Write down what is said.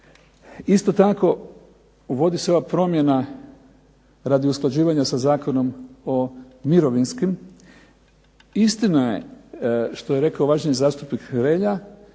Isto tako uvodi se ova promjena radi usklađivanja sa Zakonom o mirovinskom. Istina je što rekao uvaženi zastupnik Hrelja,